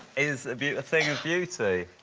is a thing of beauty.